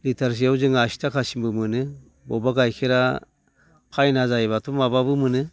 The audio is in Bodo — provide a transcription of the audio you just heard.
लिटारसेयाव जों आसि थाखासिमबो मोनो बबेबा गाइखेरा फायना जायोबाथ' माबाबो मोनो